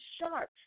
sharp